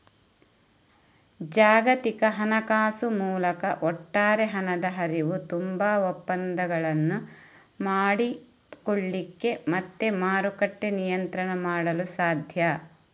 ಜಾಗತಿಕ ಹಣಕಾಸು ಮೂಲಕ ಒಟ್ಟಾರೆ ಹಣದ ಹರಿವು, ತುಂಬಾ ಒಪ್ಪಂದಗಳನ್ನು ಮಾಡಿಕೊಳ್ಳಿಕ್ಕೆ ಮತ್ತೆ ಮಾರುಕಟ್ಟೆ ನಿಯಂತ್ರಣ ಮಾಡಲು ಸಾಧ್ಯ